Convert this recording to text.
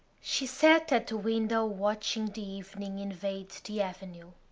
she sat at the window watching the evening invade the avenue.